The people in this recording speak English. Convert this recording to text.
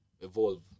evolve